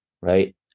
right